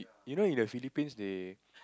you know in the Philippines they